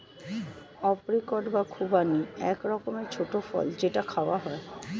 apricot বা খুবানি এক রকমের ছোট্ট ফল যেটা খাওয়া হয়